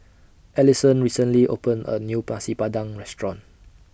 Alison recently opened A New Nasi Padang Restaurant